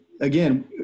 again